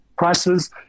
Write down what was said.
Prices